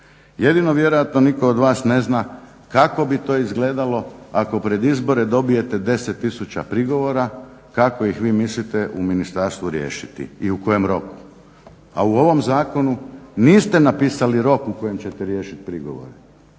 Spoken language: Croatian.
Jednino vjerojatno niko od vas ne zna kako bi to izgledalo ako pred izbore dobijete 10 tisuća prigovora, kako ih vi mislite u ministarstvu riješiti i u kojem roku? A u ovom zakonu niste napisali rok u kojem ćete riješiti prigovore.